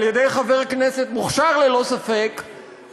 על-ידי חבר כנסת מוכשר ללא ספק,